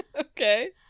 Okay